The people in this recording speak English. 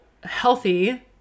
healthy